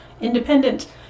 independent